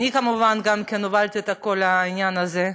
אני כמובן גם הובלתי את כל העניין הזה.